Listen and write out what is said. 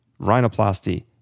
rhinoplasty